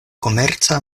komerca